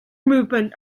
movement